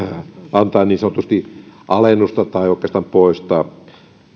antaa niin sanotusti alennusta tai oikeastaan poistaa